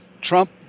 Trump